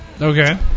Okay